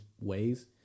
ways